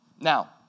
Now